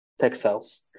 textiles